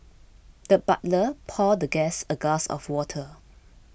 the butler poured the guest a glass of water